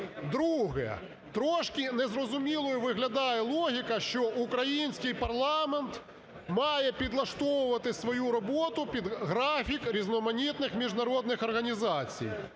Друге. Трішки не зрозумілою виглядає логіка, що український парламент має підлаштовувати свою роботу під графік різноманітних міжнародних організацій.